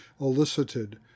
elicited